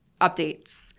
updates